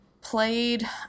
played